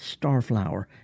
starflower